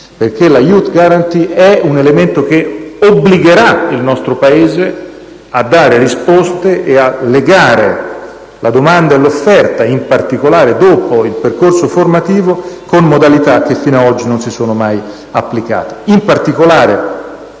perché la *Youth Guarantee* è un elemento che obbligherà il nostro Paese a dare risposte e a legare la domanda all'offerta, in particolare dopo il percorso formativo, con modalità che fino ad oggi non si sono mai applicate.